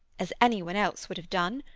as any one else would have done,